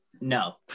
No